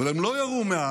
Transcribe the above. אבל הם לא ירו מאז